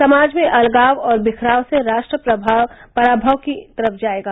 समाज में अलगाव और बिखराव से राष्ट्र परामव की तरफ जायेगा